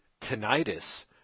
tinnitus